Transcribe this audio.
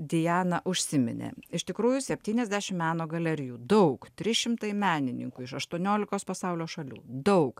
diana užsiminė iš tikrųjų septyniasdešim meno galerijų daug trys šimtai menininkų iš aštuoniolikos pasaulio šalių daug